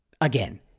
Again